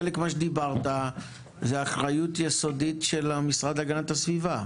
חלק ממה שדיברת עליו הוא אחריות יסודית של המשרד להגנת הסביבה.